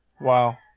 Wow